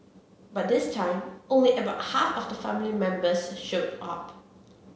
but this time only about half of the family members showed up